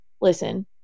listen